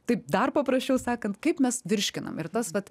taip dar paprasčiau sakant kaip mes virškinam ir tas vat